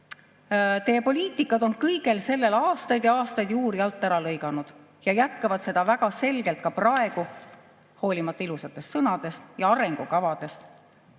jätta – on kõigel sellel aastaid ja aastaid juuri alt ära lõiganud ja jätkab seda väga selgelt ka praegu, hoolimata ilusatest sõnadest ja arengukavadest.